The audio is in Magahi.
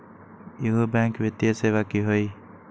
इहु बैंक वित्तीय सेवा की होई?